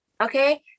okay